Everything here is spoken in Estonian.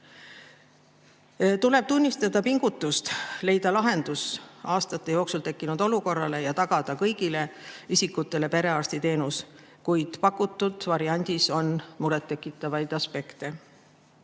Tuleb tunnustada pingutust leida lahendust aastate jooksul tekkinud olukorrale ja tagada kõigile isikutele perearstiteenus, kuid pakutud variandis on muret tekitavaid aspekte.